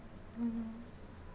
mmhmm